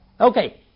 Okay